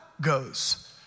goes